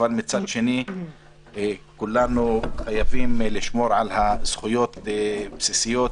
אבל מצד שני כולנו חייבים לשמור על הזכויות הבסיסיות,